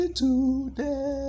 today